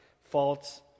faults